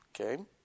okay